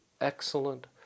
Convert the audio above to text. excellent